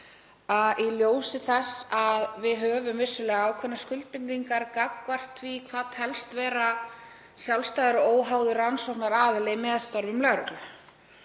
í ljósi þess að við höfum vissulega ákveðnar skuldbindingar gagnvart því hvað telst vera sjálfstæður og óháður rannsóknaraðili með störfum lögreglu.